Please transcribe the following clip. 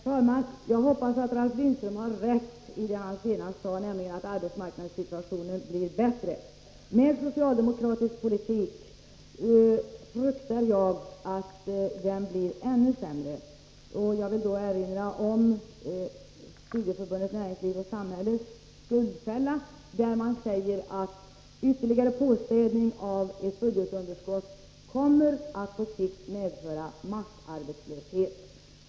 Herr talman! Jag hoppas att Ralf Lindström har rätt i det han senast sade, nämligen att arbetsmarknadssituationen blir bättre. Men med socialdemokratisk politik fruktar jag att den blir ännu sämre. Jag vill erinra om Studieförbundet Näringsliv och samhälles ”skuldfälla”. Man säger att ytterligare påspädning av budgetunderskottet kommer att på sikt medföra massarbetslöshet.